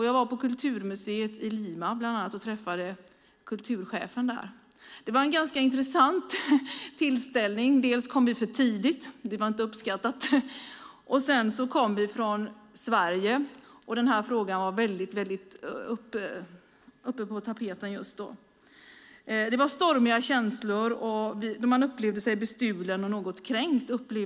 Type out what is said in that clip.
Jag var på kulturmuseet i Lima och träffade kulturchefen. Det var en intressant tillställning. Vi kom för tidigt; det uppskattades inte. Vi kom från Sverige, och den här frågan var på tapeten just då. Det var stormiga känslor. Man upplevde sig bestulen och något kränkt.